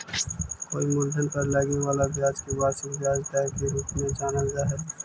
कोई मूलधन पर लगे वाला ब्याज के वार्षिक ब्याज दर के रूप में जानल जा हई